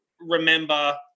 remember